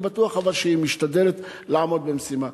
אבל אני בטוח שהיא משתדלת לעמוד במשימה.